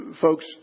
folks